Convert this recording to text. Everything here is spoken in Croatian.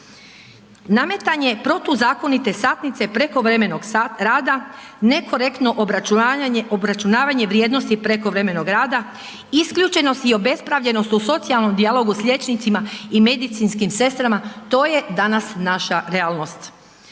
Nametanje protuzakonite satnice prekovremenog rada, nekorektno obračunavanje vrijednosti prekovremenog rada, isključenost i obespravljenost u socijalnom dijalogu s liječnicima i medicinskim sestrama, to je danas naša realnost.